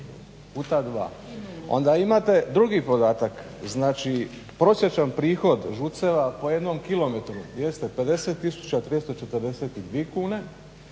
puta 2. Onda imate drugi podatak, znači prosječan prihod ŽUC-eva po 1 km jeste 50342 kune,